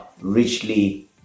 richly